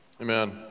Amen